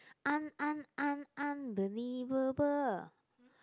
un~ un~ un~ unbelievable